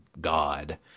God